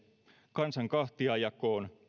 kansan kahtiajakoon